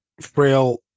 frail